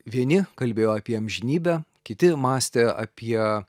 vieni kalbėjo apie amžinybę kiti mąstė apie